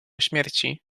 śmierci